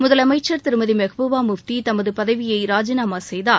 முதலமைச்சர் திருமதி மெஹ்பூபா முஃப்தி தமது பதவியை ராஜினாமா செய்தார்